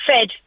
fed